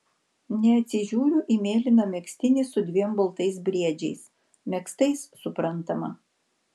neatsižiūriu į mėlyną megztinį su dviem baltais briedžiais megztais suprantama